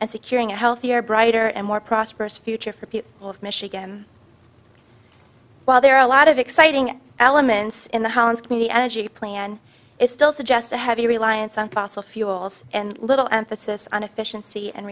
and securing a healthier brighter and more prosperous future for people of michigan well there are a lot of exciting elements in the how and the energy plan is still suggest a heavy reliance on fossil fuels and little emphasis on efficiency and